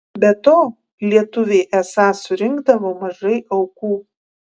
be to lietuviai esą surinkdavo mažai aukų